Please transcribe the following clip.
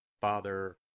Father